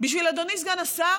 בשביל אדוני סגן השר